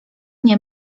nie